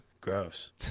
Gross